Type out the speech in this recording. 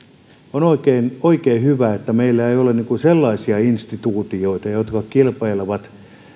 on oikein oikein hyvä että meillä ei ole sellaisia instituutioita jotka kilpailevat